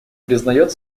признает